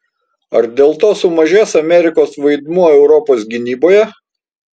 ar dėl to sumažės amerikos vaidmuo europos gynyboje